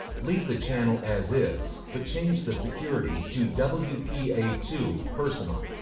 leave the channel as is, but change the security to w p a two personal.